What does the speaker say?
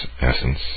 Essence